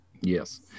Yes